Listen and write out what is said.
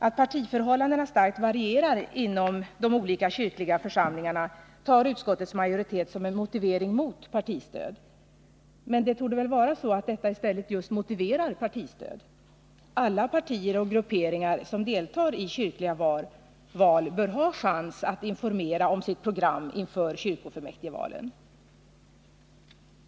Att partiförhållandena starkt varierar inom de olika kyrkliga församlingarna tar utskottets majoritet som en motivering mot partistöd. Men det torde vara så att detta i stället just motiverar partistöd. Alla partier och grupperingar som deltar i kyrkliga val bör ha chans att informera om sitt program inför kyrkofullmäktigvalen.